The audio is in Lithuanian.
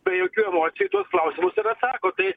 be jokių emocijų į tuos klausimus ir atsako tai